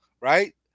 Right